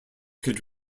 could